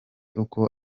uko